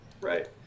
right